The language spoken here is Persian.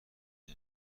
نرخ